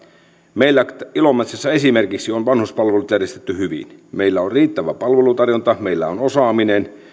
meillä ilomantsissa esimerkiksi on vanhuspalvelut järjestetty hyvin meillä on riittävä palvelutarjonta meillä on osaaminen